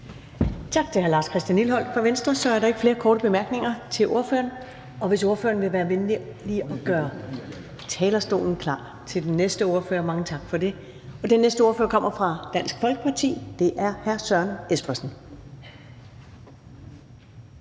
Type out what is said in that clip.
Tak til hr. Lars Christian Lilleholt fra Venstre. Så er der ikke flere korte bemærkninger til ordføreren. Og jeg beder ordføreren lige gøre talerstolen klar til den næste ordfører. Mange tak for det. Den næste ordfører kommer fra Dansk Folkeparti, og det er hr. Søren Espersen.